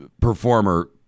performer